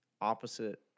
opposite